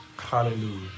Hallelujah